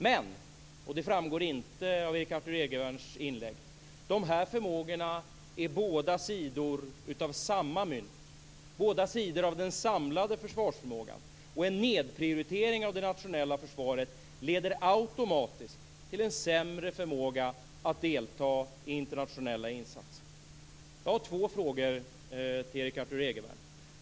Men - och det framgår inte av Erik Arthur Egervärns inlägg - de förmågorna är båda sidor av samma mynt, båda sidor av den samlade försvarsförmågan. En nedprioritering av det nationella försvaret leder automatiskt till en sämre förmåga att delta i internationella insatser. Jag har två frågor till Erik Arthur Egervärn.